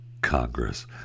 congress